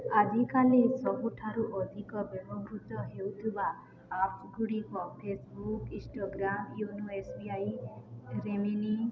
ଆଜିକାଲି ସବୁଠାରୁ ଅଧିକ ବ୍ୟବହୃତ ହେଉଥିବା ଆପ୍ ଗୁଡ଼ିକ Facebook Instagram YONO S B I Gemini